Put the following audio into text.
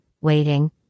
waiting